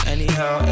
Anyhow